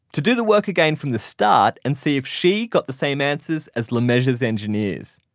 to do the work again from the start and see if she got the same answers as lemessurier's engineers.